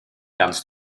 ganz